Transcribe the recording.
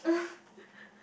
uh